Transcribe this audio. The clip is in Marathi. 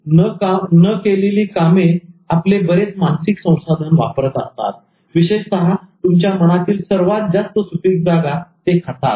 म्हणून न केलेली कामे आपले बरेच मानसिक संसाधने वापरत असतात विशेषतः तुमच्या मनातील सर्वात जास्त सुपीक जागा हे खातात